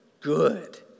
good